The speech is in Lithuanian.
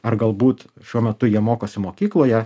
ar galbūt šiuo metu jie mokosi mokykloje